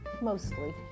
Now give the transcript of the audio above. Mostly